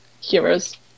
heroes